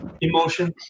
emotions